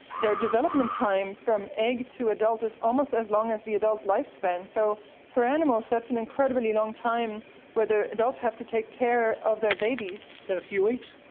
their development time from egg to adult is almost as long as the adult lifespan. so for animals that's an incredibly long time where the adults have to take care of their babies. is that a few weeks?